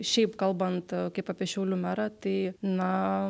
šiaip kalbant kaip apie šiaulių merą tai na